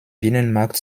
binnenmarkt